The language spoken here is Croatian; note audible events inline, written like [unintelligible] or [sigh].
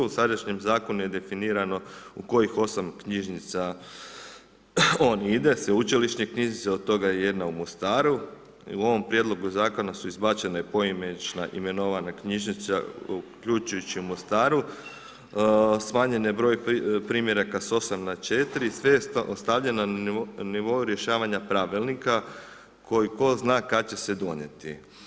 U sadašnjem zakonu je definirano u kojih 8 knjižnica on ide, sveučilišne knjižnice, od toga je jedan u Mostaru i u ovom prijedlogu zakona su izbačena poimenična imenovana knjižnica uključujući Mostaru, smanjen je broj primjeraka s 8 na 4 … [unintelligible] ostavljen na nivou rješavanja pravilnika, koji ko zna kada će se donijeti.